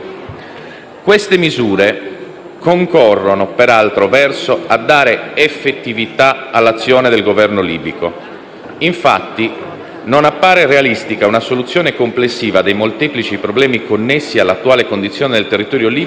Queste misure concorrono, per altro verso, a dare effettività all'azione del Governo libico. Infatti, non appare realistica una soluzione complessiva dei molteplici problemi connessi all'attuale condizione del territorio libico